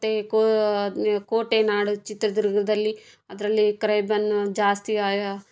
ಮತ್ತು ಕೋ ಕೋಟೆ ನಾಡು ಚಿತ್ರದುರ್ಗದಲ್ಲಿ ಅದರಲ್ಲಿ ಕ್ರೈವನ್ ಜಾಸ್ತಿ ಆಯಾ